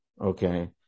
Okay